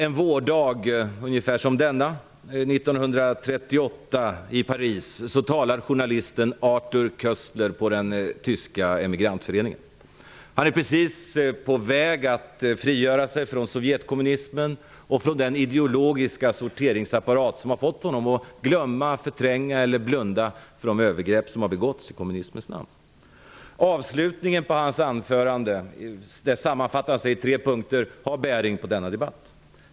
En vårdag ungefär som denna 1938 i Paris talade journalisten Arthur Koestler på den tyska emigrantföreningen. Han var precis på väg att frigöra sig från Sovjetkommunismen och från den ideologiska sorteringsapparat som har fått honom att glömma, förtränga eller blunda för de övergrepp som har begåtts i kommunismens namn. Avslutningen av hans anförande, som sammanfattas i tre punkter, har bäring på denna debatt.